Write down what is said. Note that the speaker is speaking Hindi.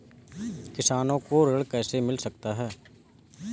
किसानों को ऋण कैसे मिल सकता है?